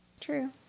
True